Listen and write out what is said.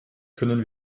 können